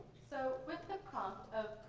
so with the prompt of